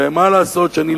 ומה לעשות שאני,